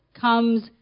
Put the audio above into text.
comes